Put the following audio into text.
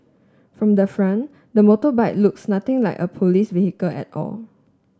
from the front the motorbike looks nothing like a police vehicle at all